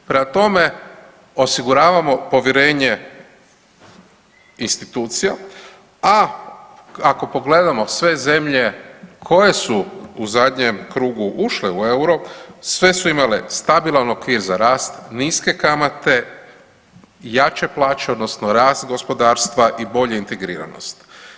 Prema tome, osiguravamo povjerenje institucija, a ako pogledamo sve zemlje koje su zadnjem krugu ušle u euro, sve su imale stabilan okvir za rast, niske kamate, jače plaće odnosno rast gospodarstva i bolju integriranost.